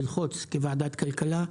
ללחוץ כוועדת כלכלה.